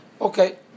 Okay